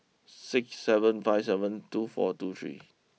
six seven five seven two four two three